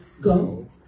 go